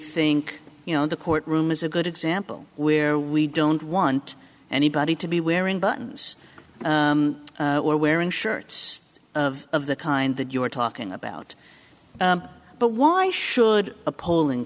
think you know the court room is a good example where we don't want anybody to be wearing buttons or wearing shirts of of the kind that you are talking about but why should a polling